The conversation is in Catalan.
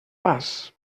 pas